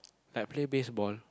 like play baseball